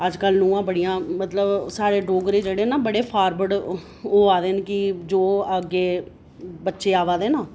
अज्जकल नू'आं बड़ियां मतलब साढ़े डोगरे जेह्ड़े ना बड़े फार्वड होआ दे न कि जो अग्गे बच्चे आवा दे न